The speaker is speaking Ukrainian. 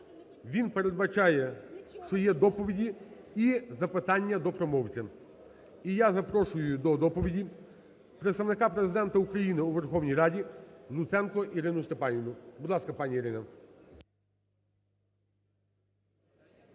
він передбачає, що є доповіді і запитання до промовця. І я запрошую до доповіді Представника Президента України у Верховній Раді Луценко Ірину Степанівну. Будь ласка, пані Ірина.